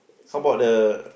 so